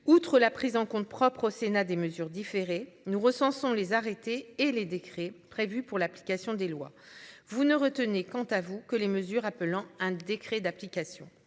Outre la prise en compte propre au Sénat des mesures différées nous recensons les arrêter et les décrets prévus pour l'application des lois. Vous ne retenez quant à vous, que les mesures appelant un décret d'application.